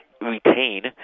retain